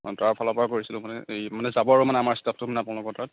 অঁ তাৰ ফালৰ পৰাই কৰিছিলোঁ মানে এই যাব আৰু মানে আমাৰ ষ্টাফটো মানে আপোনালোকৰ তাত